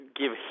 give